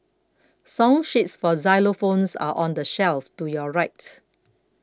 song sheets for xylophones are on the shelf to your right